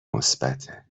مثبته